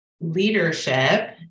leadership